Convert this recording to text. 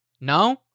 No